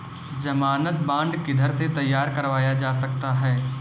ज़मानत बॉन्ड किधर से तैयार करवाया जा सकता है?